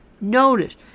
notice